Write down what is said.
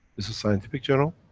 it's a scientific journal.